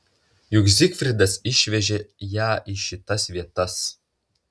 juk zigfridas išvežė ją į šitas vietas